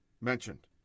mentioned